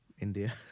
India